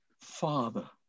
Father